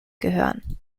gehören